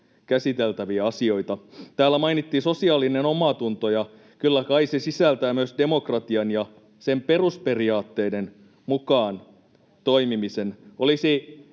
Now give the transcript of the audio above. käsiteltäviä asioita. Täällä mainittiin sosiaalinen omatunto, ja kyllä kai se sisältää myös demokratian ja sen perusperiaatteiden mukaan toimimisen.